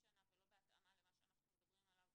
שנה ולא בהתאמה למה שאנחנו מדברים עליו